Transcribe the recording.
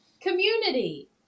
Community